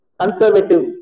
conservative